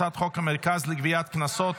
הצעת חוק המרכז לגביית קנסות,